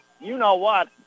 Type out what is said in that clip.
you-know-what